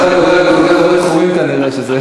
כבוד השר, בהרבה תחומים כנראה זה,